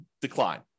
decline